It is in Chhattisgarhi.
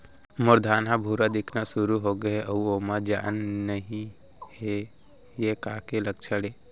मोर धान ह भूरा दिखना शुरू होगे हे अऊ ओमा जान नही हे ये का के लक्षण ये?